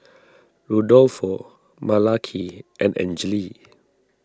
Rudolfo Malaki and Angele